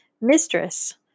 mistress